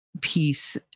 peace